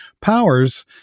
powers